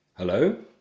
hello?